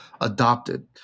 adopted